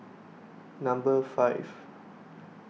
Number five